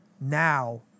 now